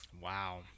Wow